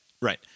Right